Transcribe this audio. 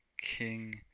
King